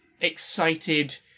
excited